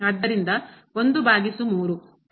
ಆದ್ದರಿಂದ 1 ಭಾಗಿಸು 3